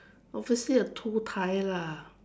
obviously a two tie lah